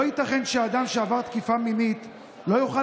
לא ייתכן שאדם שעבר תקיפה מינית לא יוכל